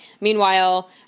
Meanwhile